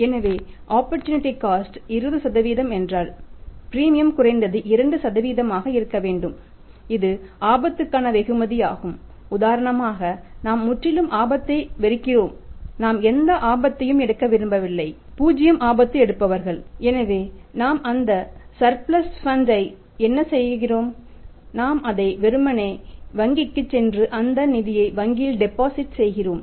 எனவே opportunity cost செய்கிறோம்